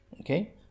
Okay